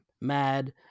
mad